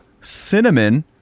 cinnamon